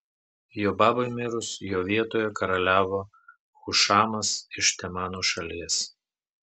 jobabui mirus jo vietoje karaliavo hušamas iš temano šalies